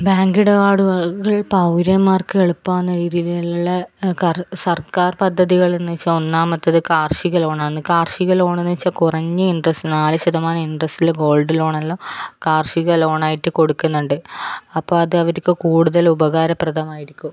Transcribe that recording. bank ഇടപാടുകൾ പൗരന്മാർക്ക് എളുപ്പമാകുന്ന രീതിയിലുള്ള സർക്കാർ പദ്ധതികൾ എന്നു വെച്ചാൽ ഒന്നാമത്തത് കാർഷിക ലോണാണ് കാർഷിക ലോൺ എന്നു വെച്ചാൽ കുറഞ്ഞ ഇൻട്രസ്റ്റ് നാല് ശതമാനം ഇൻട്രസ്റ്റില് ഗോൾഡ് ലോണെല്ലാം കാർഷിക ലോണായിട്ട് കൊടുക്കുന്നുണ്ട് അപ്പം അത് അവർക്ക് കൂടുതൽ ഉപകാരപ്രദമായിരിക്കും